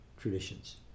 traditions